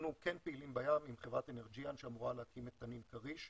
אנחנו כן פעילים בים עם חברת אנרג'יאן שאמורה להקים את תנין-כריש.